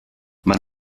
man